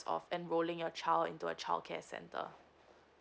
of enrolling your child into a childcare center